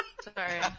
Sorry